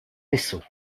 vaisseaux